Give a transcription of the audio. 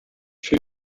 für